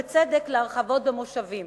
בצדק, להרחבות במושבים.